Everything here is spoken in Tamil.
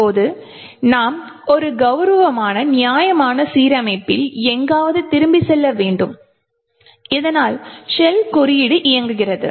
இப்போது நாம் ஒரு கெளரவமான நியாயமான சீரமைப்பில் எங்காவது திரும்பிச் செல்ல வேண்டும் இதனால் ஷெல் குறியீடு இயங்குகிறது